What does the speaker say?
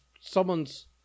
someone's